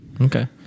Okay